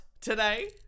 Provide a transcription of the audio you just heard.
today